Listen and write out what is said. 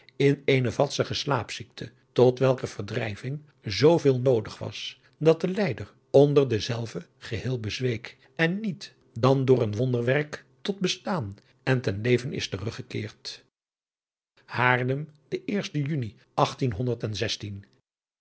in eene vadzige slaapziekte tot welker verdrijving zooveel noodig was dat de lijder onder dezelve geheel bezweek en niet dan door een wonderwerk tot bestaan en ten leven is teruggekeerd aarlem de eerste uni